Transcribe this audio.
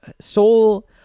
Soul